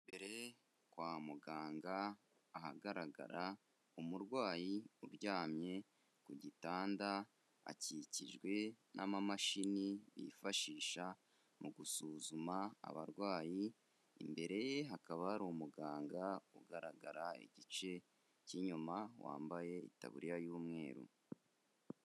Imbere kwa muganga ahagaragara umurwayi uryamye ku gitanda, akikijwe n'amamashini yifashisha mu gusuzuma abarwayi, imbere ye hakaba hari umuganga ugaragara igice cy'inyuma wambaye itaburiya y'umweru.